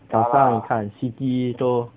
早上你看 city 都